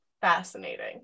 fascinating